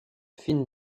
fines